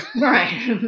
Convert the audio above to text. Right